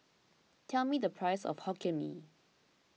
tell me the price of Hokkien Mee